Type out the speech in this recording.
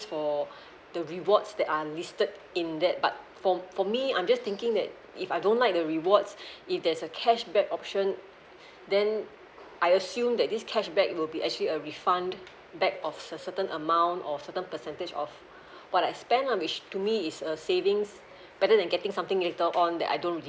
for the rewards that are listed in that but for for me I'm just thinking that if I don't like the rewards if there's a cashback option then I assume that this cashback will be actually a refund back of a certain amount or certain percentage of what I spend lah which to me is a savings better than getting something later on that I don't